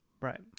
Right